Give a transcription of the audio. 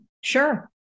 Sure